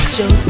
Show